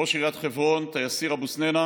ראש עיריית חברון תייסיר אבו סנינה